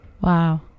Wow